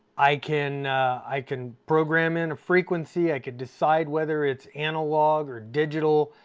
i can i can program in a frequency, i can decide whether it's analog or digital,